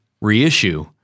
reissue